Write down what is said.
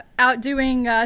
outdoing